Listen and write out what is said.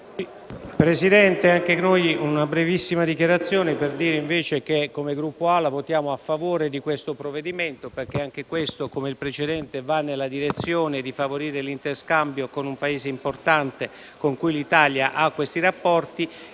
Presidente, anche io farò una breve dichiarazione per dire che, come Gruppo AL-A, votiamo a favore di questo provvedimento, perché anche questo, come il precedente, va nella direzione di favorire l'interscambio con un Paese importante con cui l'Italia ha questo tipo di